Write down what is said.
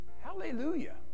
Hallelujah